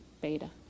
beta